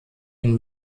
ihn